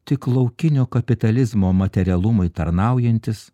tik laukinio kapitalizmo materialumui tarnaujantis